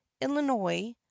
illinois